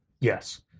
Yes